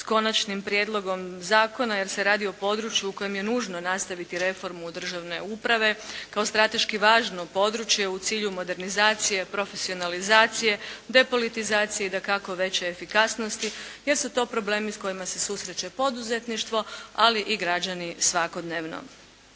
s Konačnim prijedlogom zakona, jer se radi o području u kojem je nužno nastaviti reformu državne uprave kao strateški važno područje u cilju modernizacije, profesionalizacije, depolitizacije i dakako veće efikasnosti jer su to problemi s kojima se susreće poduzetništvo, ali i građani svakodnevno.